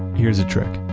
here's a trick.